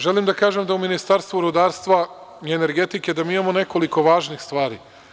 Želim da kažem da u Ministarstvu rudarstva i energetike mi imamo nekoliko važnih stvari.